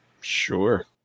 Sure